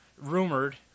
rumored